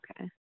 Okay